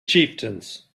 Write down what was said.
chieftains